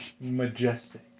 majestic